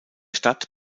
stadt